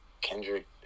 Kendrick